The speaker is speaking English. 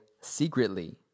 secretly